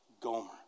Gomer